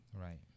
Right